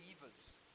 believers